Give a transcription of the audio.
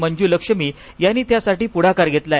मंजूलक्ष्मी यांनी त्यासाठी पुढाकार घेतला आहे